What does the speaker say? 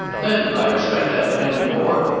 then i respect that man the more.